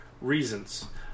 reasons